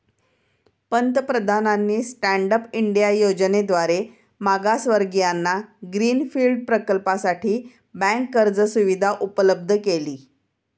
पंतप्रधानांनी stand up India योजनेद्वारे मागासवर्गीयांना ग्रीन फील्ड प्रकल्पासाठी बँक कर्ज सुविधा उपलब्ध केली